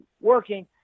working